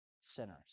sinners